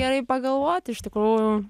gerai pagalvot iš tikrųjų